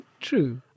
true